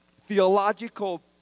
theological